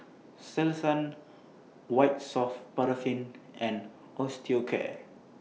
Selsun White Soft Paraffin and Osteocare